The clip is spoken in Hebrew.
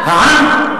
זה בדיוק מה שאמרתי.